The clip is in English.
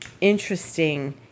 interesting